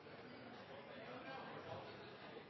skjønner at jeg har